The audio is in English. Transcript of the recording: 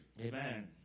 amen